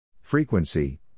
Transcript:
Frequency